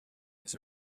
his